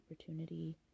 opportunity